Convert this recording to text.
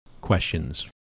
questions